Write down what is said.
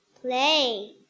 Play